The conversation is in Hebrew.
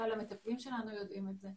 כלל המטפלים שלנו יודעים את זה.